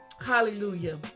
Hallelujah